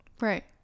right